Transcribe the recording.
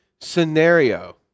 scenario